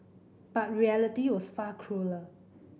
but reality was far crueller